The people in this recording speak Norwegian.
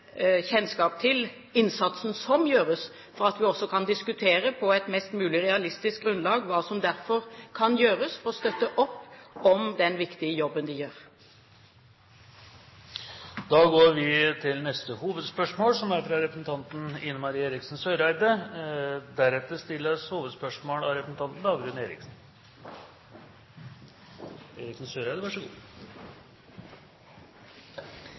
kjennskap til den innsatsen som gjøres, for at vi kan diskutere på et mest mulig realistisk grunnlag hva som derfor kan gjøres for å støtte opp om den viktige jobben de gjør. Vi går til neste hovedspørsmål.